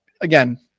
again